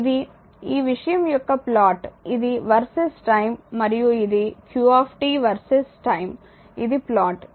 కాబట్టి ఇది ఈ విషయం యొక్క ప్లాట్ ఇది వర్సెస్ టైం మరియు ఇది q వర్సెస్ టైమ్ ఇది ప్లాట్